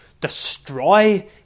Destroy